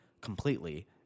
completely